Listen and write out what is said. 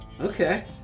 Okay